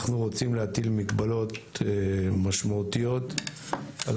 אנחנו רוצים להטיל מגבלות משמעותיות על